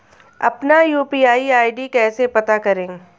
अपना UPI ID कैसे पता करें?